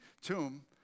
tomb